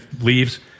leaves